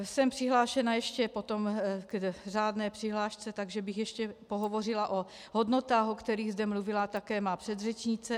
Jsem přihlášená ještě potom k řádné přihlášce, takže bych ještě pohovořila o hodnotách, o kterých zde mluvila také má předřečnice.